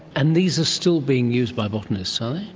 and these are still being used by botanists, are they?